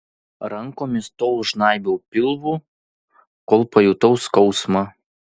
rankomis tol žnaibiau pilvų kol pajutau skausmą